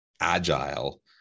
agile